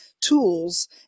tools